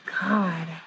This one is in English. God